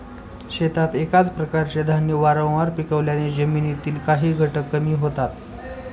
शेतात एकाच प्रकारचे धान्य वारंवार पिकवल्याने जमिनीतील काही घटक कमी होतात